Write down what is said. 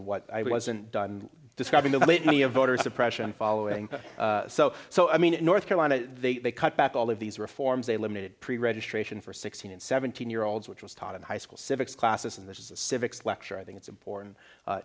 of what i wasn't done describing the litany of voter suppression following so so i mean in north carolina they they cut back all of these reforms they limited pre registration for sixteen and seventeen year olds which was taught in high school civics classes and this is a civics lecture i think it's important